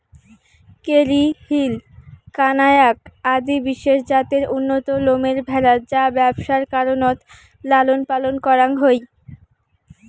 Kerry Hill, কানায়াক আদি বিশেষ জাতের উন্নত লোমের ভ্যাড়া যা ব্যবসার কারণত লালনপালন করাং হই